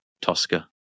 Tosca